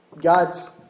God's